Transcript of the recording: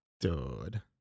Dude